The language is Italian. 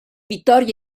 vittorio